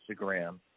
Instagram